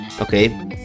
Okay